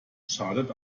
schadet